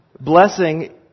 Blessing